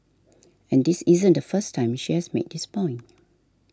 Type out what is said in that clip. and this isn't the first time she has made this point